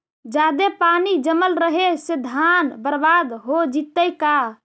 जादे पानी जमल रहे से धान बर्बाद हो जितै का?